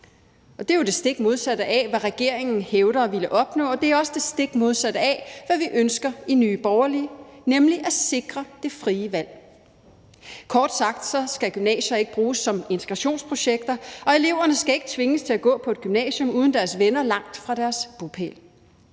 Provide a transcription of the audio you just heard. Det er jo det stik modsatte af, hvad regeringen hævder at ville opnå, og det er også det stik modsatte af, hvad vi ønsker i Nye Borgerlige, nemlig at sikre det frie valg. Kort sagt skal gymnasier ikke bruges som integrationsprojekter, og eleverne skal ikke tvinges til at gå på et gymnasium uden deres venner og langt fra deres bopæl.